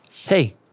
Hey